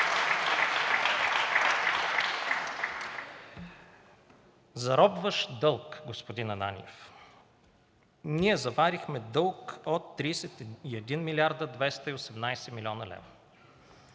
Заробващ дълг, господин Ананиев. Ние заварихме дълг от 31 млрд. 218 млн. лв.